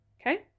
Okay